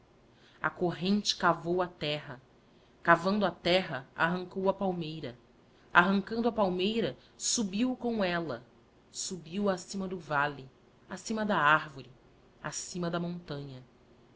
a corrente cavou a terra cavando a terra arrancou a palmeira arrancando a palmeira subiu com ella subiu acima do valle acima da arvore acima da montanha